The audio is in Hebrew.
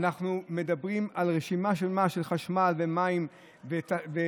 אנחנו מדברים על רשימה שלמה של חשמל ומים ודלק,